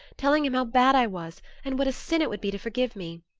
telling him how bad i was and what a sin it would be to forgive me.